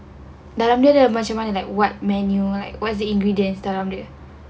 dalam dia ada macam mana like what menu like what are the ingredients dalam dia